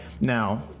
Now